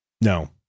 no